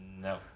No